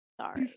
Sorry